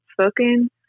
spoken